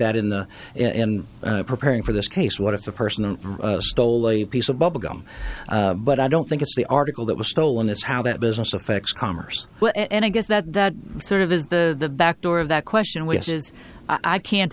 that in the in preparing for this case what if the person stole a piece of bubble gum i don't think it's the article that was stolen that's how that business affects commerce and i guess that that sort of is the back door of that question we have says i can't